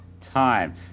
time